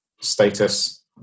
status